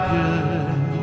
good